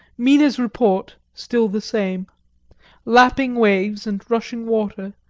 mina's report still the same lapping waves and rushing water,